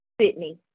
Sydney